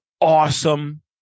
awesome